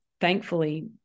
thankfully